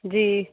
जी